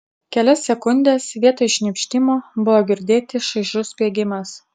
kelias sekundes vietoj šnypštimo buvo girdėti šaižus spiegimas